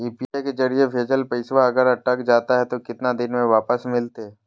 UPI के जरिए भजेल पैसा अगर अटक जा है तो कितना दिन में वापस मिलते?